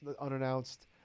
Unannounced